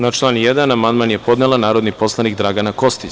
Na član 1. amandman je podnela narodni poslanik Dragana Kostić.